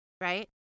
right